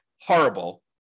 horrible